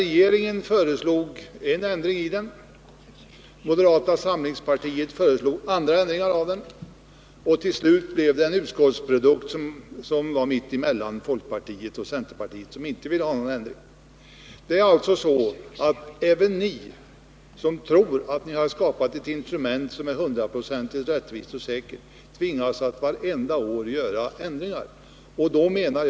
Regeringen föreslog en ändring i den, moderata samlingspartiet föreslog andra ändringar, och till slut blev det en utskottsprodukt mitt emellan folkpartiets förslag och förslaget från centerpartiet, som inte ville ha någon ändring. Även ni, som tror att ni har skapat ett instrument som är hundraprocentigt rättvist och säkert, kommer alltså att tvingas att göra ändringar varje år.